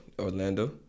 Orlando